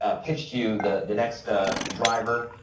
ah pitch to you the the next ah driver,